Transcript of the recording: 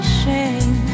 shame